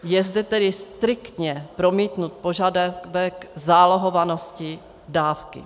Je zde tedy striktně promítnut požadavek zálohovanosti dávky.